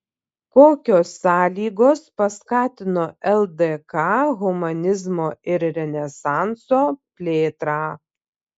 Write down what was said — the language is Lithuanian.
kokios sąlygos paskatino ldk humanizmo ir renesanso plėtrą